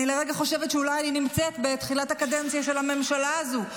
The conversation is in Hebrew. אני לרגע חושבת שאולי אני נמצאת בתחילת הקדנציה של הממשלה הזו,